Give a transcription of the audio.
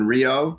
Rio